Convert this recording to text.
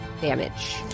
damage